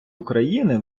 україни